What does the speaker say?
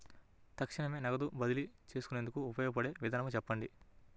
తక్షణమే నగదు బదిలీ చేసుకునేందుకు ఉపయోగపడే విధానము చెప్పండి?